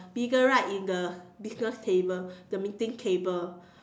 bigger right in the business table the meeting table